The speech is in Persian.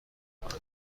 میکنند